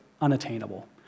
unattainable